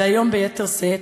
והיום ביתר שאת,